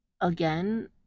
again